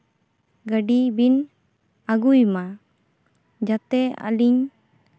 ᱟᱹᱰᱤ ᱞᱚᱜᱚᱱ ᱜᱟᱹᱰᱤ ᱵᱤᱱ ᱟᱜᱩᱭ ᱢᱟ ᱡᱟᱛᱮ ᱟᱞᱤᱧ